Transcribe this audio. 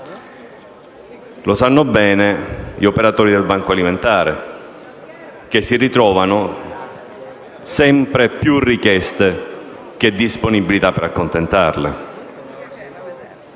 lo sanno bene gli operatori del banco alimentare che si ritrovano sempre più richieste che disponibilità per accontentarli.